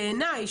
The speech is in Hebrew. בעיני.